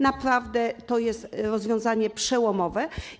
Naprawdę to jest rozwiązanie przełomowe.